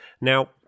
Now